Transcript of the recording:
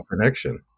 connection